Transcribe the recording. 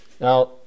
Now